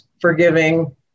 forgiving